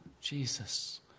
Jesus